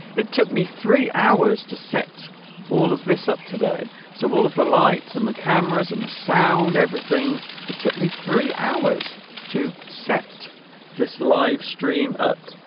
it took me three hours to set all of this up today so all of the lights and the cameras and the sound everything it took me three hours to set this livestream up